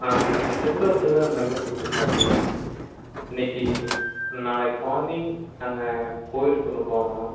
ஆ என்ன ஃபிரெண்ட்டு ஒருத்தர் தான் இந்த நம்பர் கொடுத்துருந்தாப்புடி இன்றைக்கி நாளைக்கு மார்னிங் நாங்கள் கோயிலுக்கு ஒன்று போகணும்